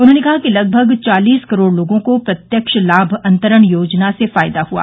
उन्होंने कहा कि लगभग चालिस करोड़ लोगों को प्रत्यक्ष लाम अंतरण योजना से फायदाहुआ